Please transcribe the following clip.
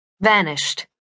vanished